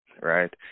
Right